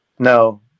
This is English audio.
no